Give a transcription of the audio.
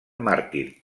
màrtir